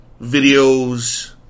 videos